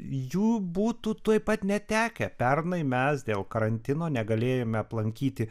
jų būtų tuoj pat netekę pernai mes dėl karantino negalėjome aplankyti